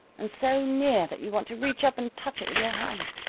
and so near that you want to reach up and touch it with your hand.